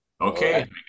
okay